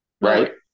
Right